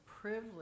privilege